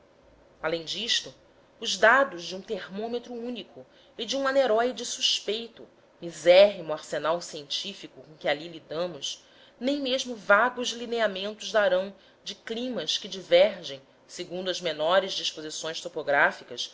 além disto os dados de um termômetro único e de um aneróide suspeito misérrimo arsenal científico com que ali lidamos nem mesmo vagos lineamentos darão de climas que divergem segundo as menores disposições topográficas